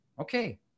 Okay